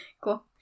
cool